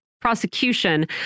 prosecution